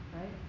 right